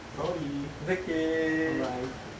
sorry it's okay bye bye